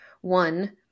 One